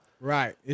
Right